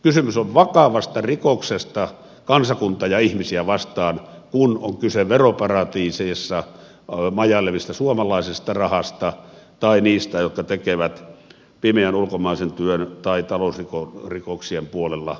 kysymys on vakavasta rikoksesta kansakuntaa ja ihmisiä vastaan kun on kyse veroparatiiseissa majailevasta suomalaisesta rahasta tai niistä jotka tekevät pimeän ulkomaisen työn tai talousrikoksien puolella askareitaan